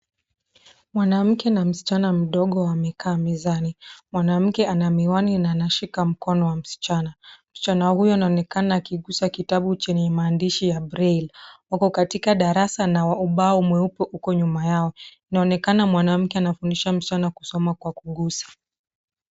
Mwanamke na msichana mdogo wamekaa mezani . Mwanamke ana miwani na anashika mkono wa msichana. Msichana huyo anaonekana akigusa kitabu chenye maandishi ya braille . Wako katika darasa na ubao mweupe uko nyuma yao. Inaonekana mwanamke anafundisha msichana kusoma kwa kugusa.